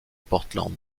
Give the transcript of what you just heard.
portland